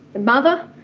mother,